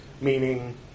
meaning